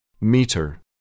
meter